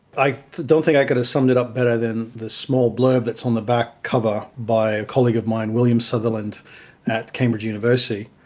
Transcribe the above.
i don't think i could have summed it up better than the small blurb that's on the back cover by a colleague of mine, william sutherland at cambridge university,